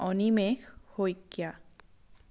Animesh Saikia